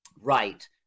right